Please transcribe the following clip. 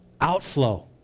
Outflow